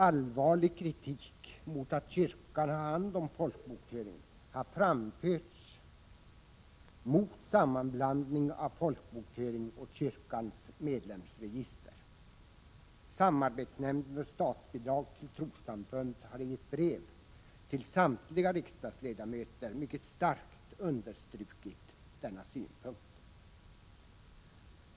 Allvarlig kritik mot att kyrkan har hand om folkbokföringen har framförts, mot sammanblandningen av folkbokföring och kyrkans medlemsregister. Samarbetsnämnden för statsbidrag till trossamfund har i ett brev till samtliga riksdagsledamöter mycket starkt understrukit denna synpunkt.